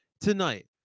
tonight